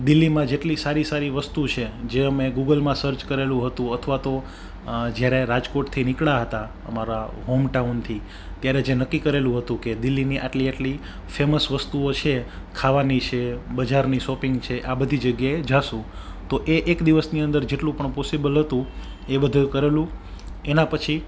દિલ્હીમાં જેટલી સારી સારી વસ્તુ છે જે અમે ગુગલમાં સર્ચ કરેલું હતું અથવા તો જ્યારે રાજકોટથી નીકળ્યા હતા અમારા હોમટાઉનથી ત્યારે જે નક્કી કરેલું હતું કે દિલ્હીની આટલી આટલી ફેમસ વસ્તુઓ છે ખાવાની છે બજારની શોપિંગ છે આ બધી જગ્યાએ જઈશું તો એ એક દિવસની અંદર જેટલું પણ પોસિબલ હતું એ બધુંય કરેલું એના પછી